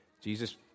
Jesus